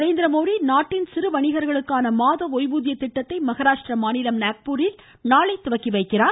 நரேந்திரமோடி நாட்டின் சிறு வணிகர்களுக்கான மாத ஓய்வூதிய திட்டத்தை மகாராஷ்டிரா மாநிலம் நாக்பூரில் நாளை தொடங்கி வைக்கிறார்